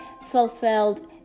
fulfilled